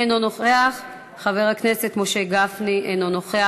אינו נוכח, חבר הכנסת משה גפני, אינו נוכח.